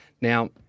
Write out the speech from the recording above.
Now-